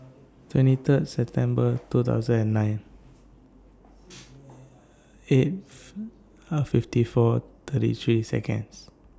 twenty Third September two thousand and nine eighth fifty four thirty three Seconds